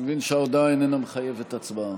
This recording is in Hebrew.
אני מבין שההודעה אינה מחייבת הצבעה.